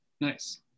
Nice